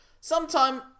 Sometime